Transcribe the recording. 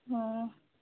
অঁ